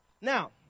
Now